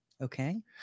okay